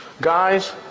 guys